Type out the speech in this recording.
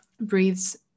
breathes